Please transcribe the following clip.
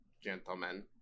gentlemen